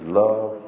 love